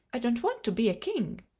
i don't want to be a king.